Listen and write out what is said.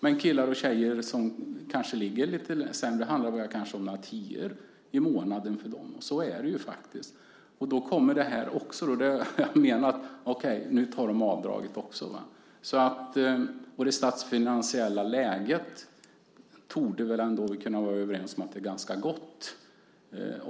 Men för de killar och tjejer som ligger lite sämre till handlar det kanske bara om några tior i månaden. Så förhåller det sig. Dessutom tillkommer nu höjningen av beloppsgränsen, och då tänker de att nu tar de avdraget också. Att det statsfinansiella läget är ganska gott torde vi vara överens om.